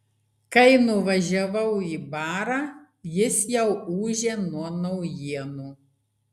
kai nuvažiavau į barą jis jau ūžė nuo naujienų